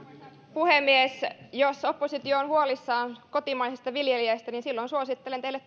puhemies jos oppositio on huolissaan kotimaisesta viljelijästä niin silloin suosittelen teille